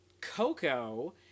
Coco